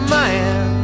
man